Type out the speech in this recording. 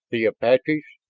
the apaches,